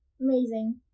Amazing